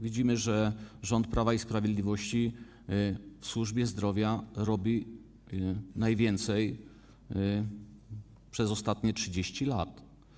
Widzimy, że rząd Prawa i Sprawiedliwości w służbie zdrowia robi najwięcej, jeśli chodzi o ostatnie 30 lat.